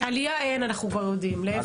אנחנו יודעים שאין עלייה.